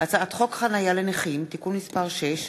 הצעת חוק חניה לנכים (תיקון מס' 6)